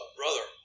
brother